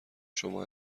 شما